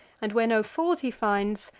and, where no ford he finds,